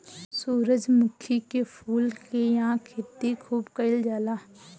सूरजमुखी के फूल के इहां खेती खूब कईल जाला